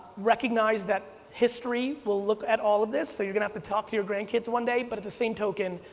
recognize that history will look at all of this, so you're gonna have to talk to your grandkids one day but at the same token,